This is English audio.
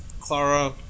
Clara